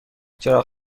چراغ